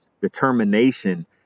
Determination